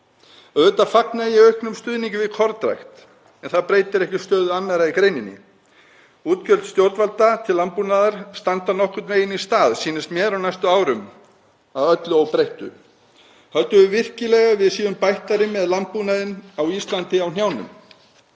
Auðvitað fagna ég auknum stuðningi við kornrækt en það breytir ekki stöðu annarra í greininni. Útgjöld stjórnvalda til landbúnaðar standa nokkurn veginn í stað, sýnist mér, á næstu árum að öllu óbreyttu. Höldum við virkilega að við séum bættari með landbúnaðinn á Íslandi á hnjánum?